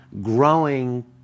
growing